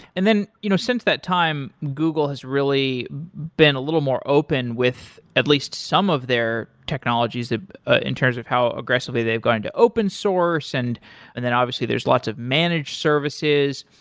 and you know since that time, google has really been a little more open with at least some of their technologies ah ah in terms of how aggressively they've gone into open source and and then obviously there is lots of managed services.